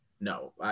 No